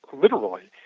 literally,